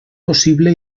possible